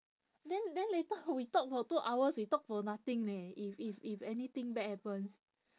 then then later we talk for two hours we talk for nothing leh if if if anything bad happens